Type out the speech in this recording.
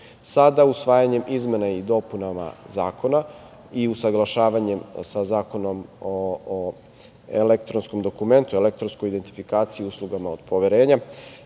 Sada, usvajanjem izmena i dopunama zakona i usaglašavanjem za Zakonom o elektronskom dokumentu, elektronskoj dokumentaciji i uslugama od poverenja